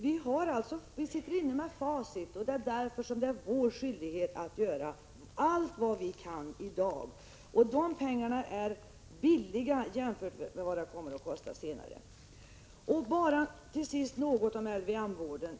Vi sitter inne med facit, och därför är det 12 maj 1987 vår skyldighet att göra allt vad vi kan i dag. De satsningar som görs i dag är billiga jämfört med vad det kommer att kosta senare. sa ee Till sist något om LVM-vården.